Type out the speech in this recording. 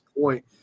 point